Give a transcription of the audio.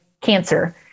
cancer